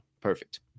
perfect